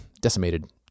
decimated –